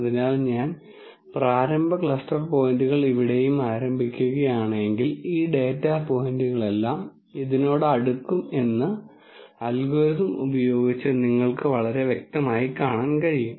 അതിനാൽ ഞാൻ പ്രാരംഭ ക്ലസ്റ്റർ പോയിന്റുകൾ ഇവിടെയും ആരംഭിക്കുകയാണെങ്കിൽ ഈ ഡാറ്റ പോയിന്റുകളെല്ലാം ഇതിനോട് അടുക്കും എന്ന് അൽഗോരിതം ഉപയോഗിച്ച് നിങ്ങൾക്ക് വളരെ വ്യക്തമായി കാണാൻ കഴിയും